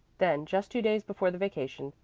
then, just two days before the vacation,